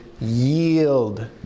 yield